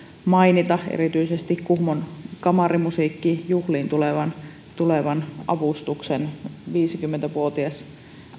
mainita erityisesti kuhmon kamarimusiikkijuhliin tulevan tulevan avustuksen viisikymmentä vuotias